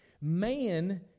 Man